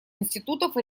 институтов